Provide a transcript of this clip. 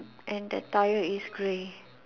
and the tire is grey